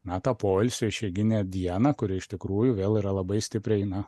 metą poilsiui išeiginę dieną kuri iš tikrųjų vėl yra labai stipriai na